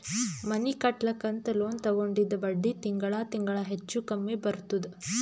ಮನಿ ಕಟ್ಲಕ್ ಅಂತ್ ಲೋನ್ ತಗೊಂಡಿದ್ದ ಬಡ್ಡಿ ತಿಂಗಳಾ ತಿಂಗಳಾ ಹೆಚ್ಚು ಕಮ್ಮಿ ಬರ್ತುದ್